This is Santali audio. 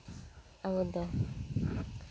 ᱟᱵᱚ ᱫᱚ